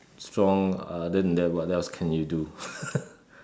strong uh then what else can you do